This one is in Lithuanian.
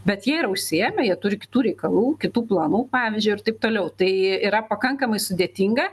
bet jie yra užsiėmę jie turi kitų reikalų kitų planų pavyzdžiui ir taip toliau tai yra pakankamai sudėtinga